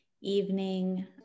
evening